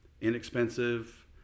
inexpensive